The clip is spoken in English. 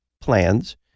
plans